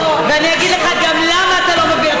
ואני אגיד לך גם למה אתה לא מבין.